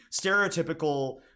stereotypical